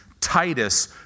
Titus